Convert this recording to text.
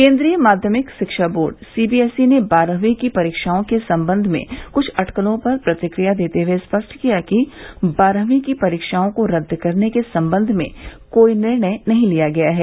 केन्द्रीय माध्यमिक शिक्षा बोर्ड सीबीएसई ने बारहवीं की परीक्षाओं के संबंध में क्छ अटकलों पर प्रतिक्रिया देते हए स्पष्ट किया है कि बारहवीं की परीक्षाओं को रद्द करने के संबंध में कोई निर्णय नहीं लिया गया है